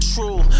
True